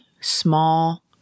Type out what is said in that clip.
small